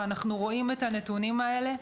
ואנחנו רואים את הנתונים האלה.